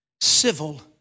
civil